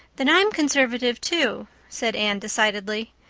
then i'm conservative too, said anne decidedly.